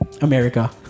America